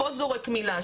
פה זורק מילה,